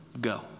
Go